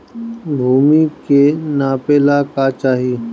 भूमि के नापेला का चाही?